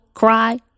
cry